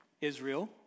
Israel